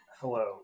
Hello